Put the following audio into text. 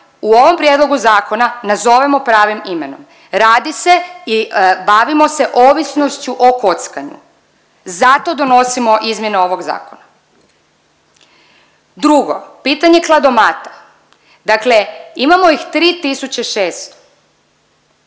u ovom prijedlogu zakona nazovemo pravim imenom. Radi se i bavimo se ovisnošću o kockanju zato donosimo izmjene ovog zakona. Drugo, pitanje kladomata. Dakle, imamo ih 3600,